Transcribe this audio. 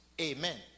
amen